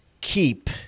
keep